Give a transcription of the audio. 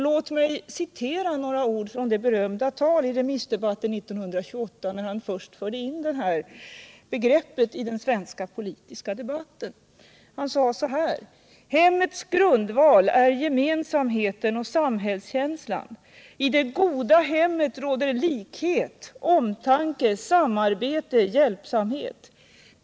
Låt mig citera några ord från det berömda talet i remissdebatten år 1928, när han först förde in det här begreppet i den svenska politiska debatten: ”Hemmets grundval är gemensamheten och samkänslan. -—-- I det goda hemmet råder likhet, omtanke, samarbete, hjälpsamhet.